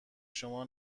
شما